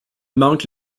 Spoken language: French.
manque